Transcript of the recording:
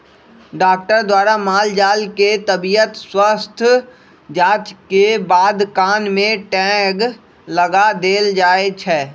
doctor द्वारा माल जाल के तबियत स्वस्थ जांच के बाद कान में टैग लगा देल जाय छै